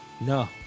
No